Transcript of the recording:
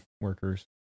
workers